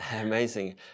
Amazing